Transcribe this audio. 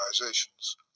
organizations